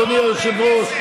אדוני היושב-ראש,